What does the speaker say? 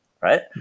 Right